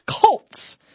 cults